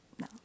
no